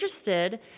interested